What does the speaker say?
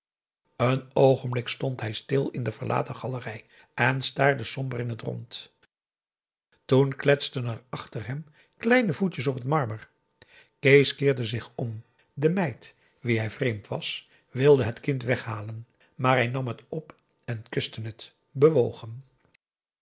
een oogenblik stond hij stil in de verlaten galerij en staarde somber in het rond toen kletsten er achter hem kleine voetjes op het marmer kees keerde zich om de meid wien hij vreemd was wilde het kind weghalen maar hij nam het op en kuste het bewogen